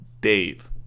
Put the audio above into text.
Dave